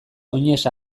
oinez